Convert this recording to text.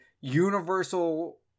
universal